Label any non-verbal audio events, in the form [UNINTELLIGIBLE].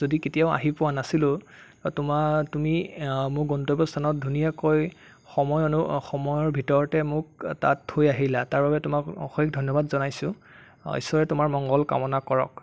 যদি কেতিয়াও আহি পোৱা নাছিলোঁ তোমাৰ তুমি মোক গন্তব্য স্থানত ধুনিয়াকৈ সময় [UNINTELLIGIBLE] সময়ৰ ভিতৰতে মোক তাত থৈ আহিলা তাৰবাবে তোমাক অশেষ ধন্যবাদ জনাইছোঁ ঈশ্বৰে তোমাৰ মংগল কামনা কৰক